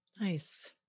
Nice